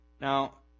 Now